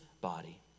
body